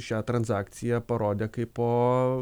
šią transakciją parodė kaip po